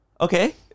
Okay